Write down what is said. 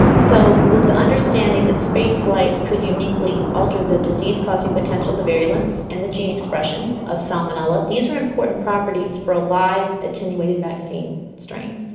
so with the understanding that space flight could uniquely alter the disease causing potential, the virulence, and the gene expression of salmonella, these are important properties for a live attenuated vaccine strain.